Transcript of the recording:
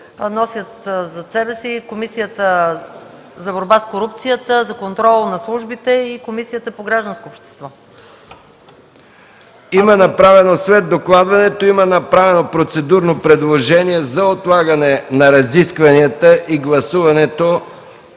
носят зад себе си Комисията за борба с корупцията; за контрола над службите; и Комисията по гражданското общество. ПРЕДСЕДАТЕЛ МИХАИЛ МИКОВ: След докладването има направено процедурно предложение за отлагане на разискванията и гласуването